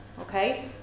okay